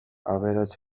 aberats